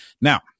Now